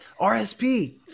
RSP